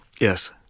Yes